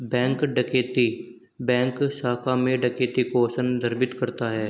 bank डकैती bank शाखा में डकैती को संदर्भित करता है